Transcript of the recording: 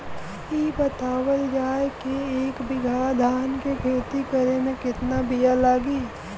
इ बतावल जाए के एक बिघा धान के खेती करेमे कितना बिया लागि?